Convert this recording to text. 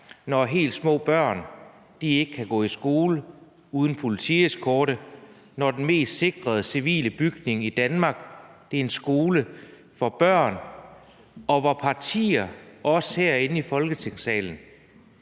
når helt små børn ikke kan gå i skole uden politieskorte, når den mest sikrede civile bygning i Danmark er en skole for børn, og når medlemmer, også herinde i Folketingssalen,